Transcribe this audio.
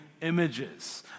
images